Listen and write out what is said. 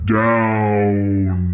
down